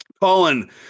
Colin